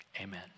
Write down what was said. Amen